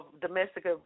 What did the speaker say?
domestic